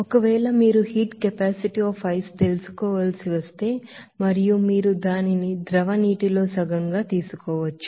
ఒకవేళ మీరు మంచు స్పెసిఫిక్ హీట్ కెపాసిటీన్ని తెలుసుకోవలసి వస్తే మరియు మీరు దానిని ಲಿಕ್ವಿಡ್ నీటిలో సగం గా తీసుకోవచ్చు